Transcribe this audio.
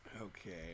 okay